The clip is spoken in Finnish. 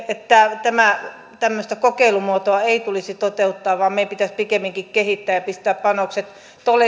että tämmöistä kokeilumuotoa ei tulisi toteuttaa vaan meidän pitäisi pikemminkin kehittää ja pistää panokset